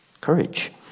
courage